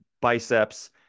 biceps